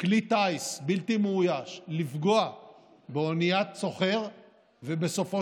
כלי טיס בלתי מאויש לפגוע באוניית סוחר ובסופו